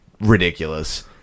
ridiculous